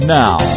now